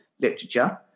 literature